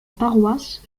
paroisse